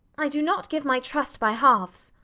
i do not give my trust by halves.